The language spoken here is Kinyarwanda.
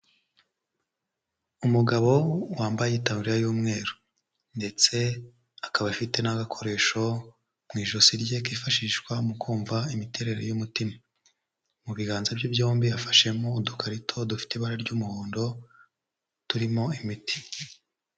Umugabo wambaye itaburiya y'umweru ndetse akaba afite n'agakoresho mu ijosi rye kifashishwa mu kumva imiterere y'umutima, mu biganza bye byombi yafashemo udukarito dufite ibara ry'umuhondo turimo imiti.